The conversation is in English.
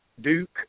Duke